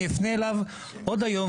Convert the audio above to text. אני אפנה אליו עוד היום,